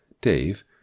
Dave